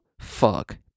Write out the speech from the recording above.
fuck